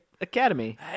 academy